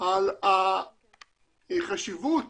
על החשיבות